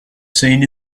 seen